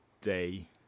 day